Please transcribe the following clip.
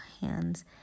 hands